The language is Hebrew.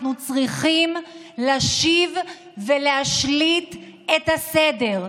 אנחנו צריכים להשיב ולהשליט את הסדר.